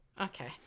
Okay